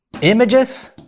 images